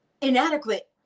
inadequate